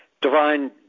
Divine